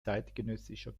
zeitgenössischer